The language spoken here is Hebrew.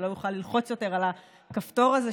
ולא אוכל ללחוץ יותר על הכפתור הזה,